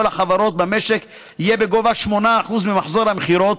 החברות במשק יהיה בגובה של 8% ממחזור המכירות.